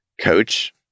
coach